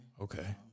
Okay